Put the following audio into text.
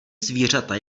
zvířata